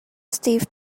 steve